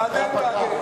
"בעדֵין-בעדֵין".